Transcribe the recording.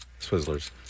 Swizzlers